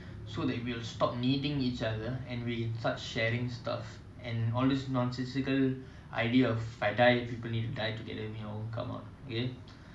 like so that's the funny stuff I I remember so that's the first quality second maybe character wise